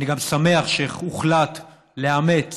אני גם שמח שהוחלט לאמץ